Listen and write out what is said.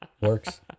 works